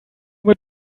mit